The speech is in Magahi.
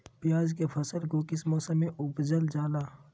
प्याज के फसल को किस मौसम में उपजल जाला?